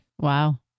Wow